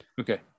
Okay